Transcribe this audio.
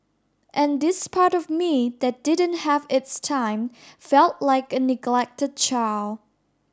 and this part of me that didn't have its time felt like a neglected child